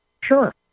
Sure